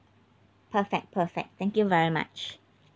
perfect perfect thank you very much